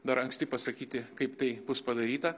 dar anksti pasakyti kaip tai bus padaryta